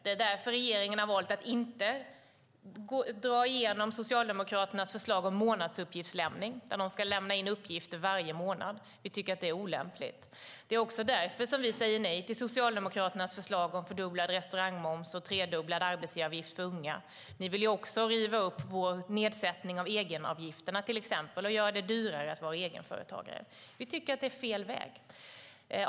Det är därför regeringen har valt att inte släppa igenom Socialdemokraternas förslag om månadsuppgiftslämning, att de ska lämna in uppgifter varje månad. Vi tycker att det är olämpligt. Det är också därför som vi säger nej till Socialdemokraternas förslag om fördubblad restaurangmoms och tredubblad arbetsgivaravgift för unga. Ni vill till exempel också riva upp vår nedsättning av egenavgifterna och göra det dyrare att vara egenföretagare. Vi tycker att det är fel väg.